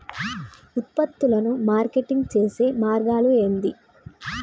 ఉత్పత్తులను మార్కెటింగ్ చేసే మార్గాలు ఏంది?